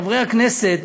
חברי הכנסת,